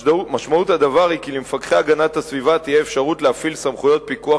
משמעות הדבר היא שלמפקחי הגנת הסביבה תהיה אפשרות להפעיל סמכויות פיקוח